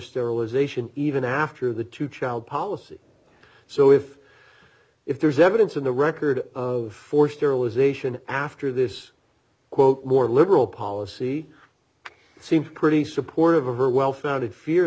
sterilization even after the two child policy so if if there's evidence in the record of forced sterilization after this quote more liberal policy seems pretty supportive of her well founded fear